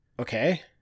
Okay